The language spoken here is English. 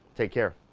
take care.